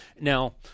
Now